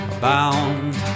bound